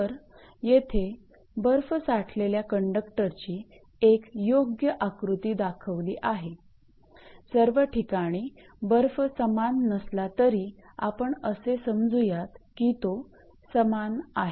तर येथे बर्फ साठलेल्या कंडक्टरची एक योग्य आकृती दाखवली आहे सर्व ठिकाणी बर्फ समान नसला तरी आपण असे समजूयात की तो समान आहे